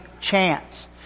chance